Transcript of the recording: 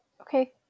Okay